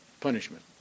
punishment